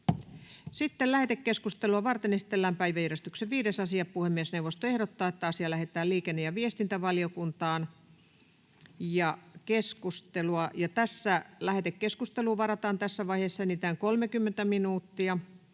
Content: Lähetekeskustelua varten esitellään päiväjärjestyksen 5. asia. Puhemiesneuvosto ehdottaa, että asia lähetetään liikenne- ja viestintävaliokuntaan. Lähetekeskusteluun varataan tässä vaiheessa enintään 30 minuuttia.